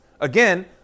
Again